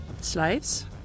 slaves